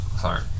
sorry